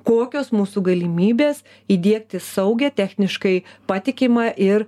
kokios mūsų galimybės įdiegti saugią techniškai patikimą ir